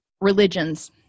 religions